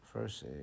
First